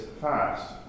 fast